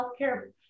healthcare